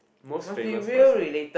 most famous person